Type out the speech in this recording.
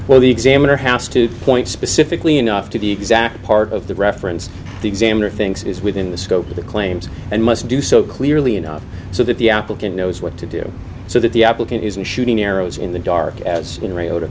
well the examiner has to point specifically enough to the exact part of the reference the examiner thinks is within the scope of the claims and must do so clearly enough so that the applicant knows what to do so that the applicant isn't shooting arrows in the dark as in rio to